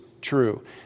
true